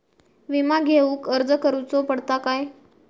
विमा घेउक अर्ज करुचो पडता काय?